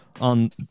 on